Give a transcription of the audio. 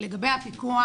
לגבי הפיקוח